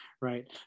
Right